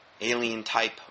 alien-type